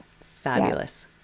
fabulous